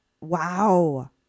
wow